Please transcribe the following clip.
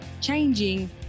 changing